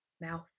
mouth